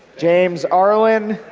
james arlin.